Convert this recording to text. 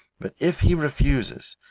but if he refuses,